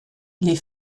les